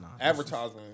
Advertising